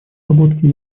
разработке